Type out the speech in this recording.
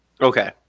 Okay